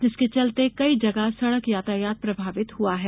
जिसके चलते कई जगह सड़क यातायात प्रभावित हुआ है